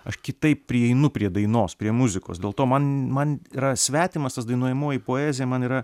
aš kitaip prieinu prie dainos prie muzikos dėl to man man yra svetimas tas dainuojamoji poezija man yra